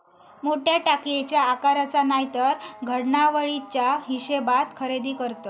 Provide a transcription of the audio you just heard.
मोठ्या टाकयेच्या आकाराचा नायतर घडणावळीच्या हिशेबात खरेदी करतत